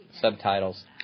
subtitles